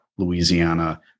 Louisiana